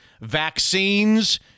vaccines